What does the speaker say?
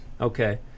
Okay